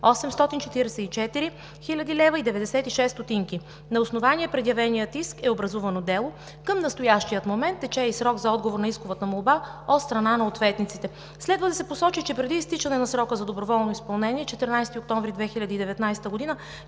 844 хил. лв. 96 ст. На основание предявения иск е образувано дело. Към настоящия момент тече и срок за отговор на исковата молба от страна на ответниците. Следва да се посочи, че преди изтичане на срока за доброволно изпълнение – 14 октомври 2019 г.,